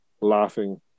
laughing